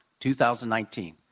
2019